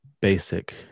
basic